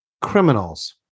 Criminals